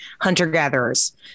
hunter-gatherers